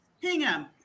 Hingham